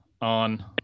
on